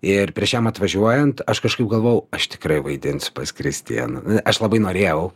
ir prieš jam atvažiuojant aš kažkaip galvojau aš tikrai vaidinsiu pas kristijaną aš labai norėjau